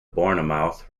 bournemouth